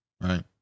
Right